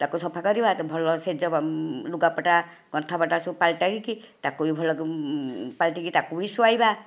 ତାକୁ ସଫା କରିବା ଭଲ ଶେଯ ଲୁଗାପଟା କନ୍ଥାପଟା ସବୁ ପାଲଟାଇକି ତାକୁ ଭଲକି ପାଲଟିକି ତାକୁ ବି ଶୁଆଇବା